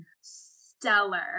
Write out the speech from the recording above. stellar